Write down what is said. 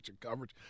coverage